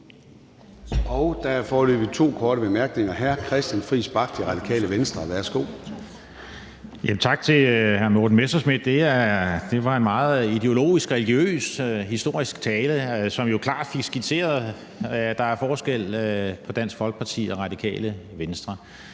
to indtegnet for korte bemærkninger. Hr. Christian Friis Bach, Radikale Venstre. Værsgo. Kl. 11:29 Christian Friis Bach (RV): Tak til hr. Morten Messerschmidt. Det var en meget ideologisk, religiøs og historisk tale, som jo klart fik skitseret, at der er forskel på Dansk Folkeparti og Radikale Venstre.